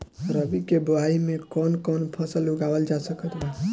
रबी के बोआई मे कौन कौन फसल उगावल जा सकत बा?